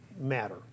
matter